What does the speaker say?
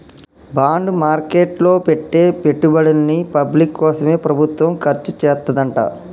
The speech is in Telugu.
బాండ్ మార్కెట్ లో పెట్టే పెట్టుబడుల్ని పబ్లిక్ కోసమే ప్రభుత్వం ఖర్చుచేత్తదంట